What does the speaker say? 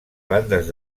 bandes